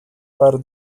par